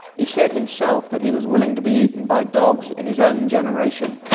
he said himself that he was willing to be eaten by dogs in his own generation,